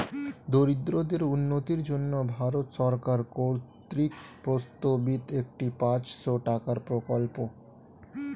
দরিদ্রদের উন্নতির জন্য ভারত সরকার কর্তৃক প্রস্তাবিত একটি পাঁচশো টাকার প্রকল্প